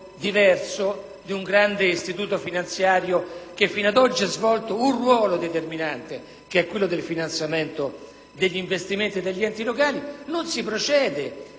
non si procede